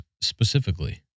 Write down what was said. specifically